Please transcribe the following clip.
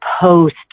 post